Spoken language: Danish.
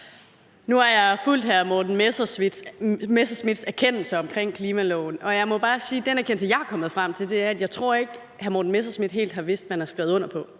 Nu har jeg fulgt hr. Morten Messerschmidts erkendelse omkring klimaloven, og jeg må bare sige, at den erkendelse, jeg er kommet frem til, er, at jeg ikke tror, hr. Morten Messerschmidt helt har vidst, hvad han skrev under på,